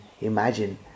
imagine